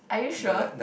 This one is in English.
are you sure